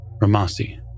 Ramasi